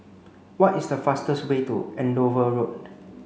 what is the fastest way to Andover Road